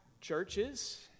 churches